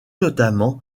notamment